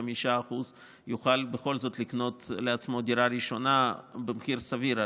25% יוכל בכל זאת לקנות לעצמו דירה ראשונה במחיר סביר.